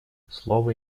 слово